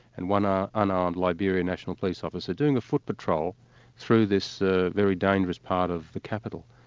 and one ah unarmed liberian national police officer, doing a foot patrol through this ah very dangerous part of the capital.